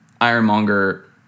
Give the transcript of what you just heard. Ironmonger